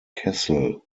kessel